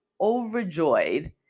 overjoyed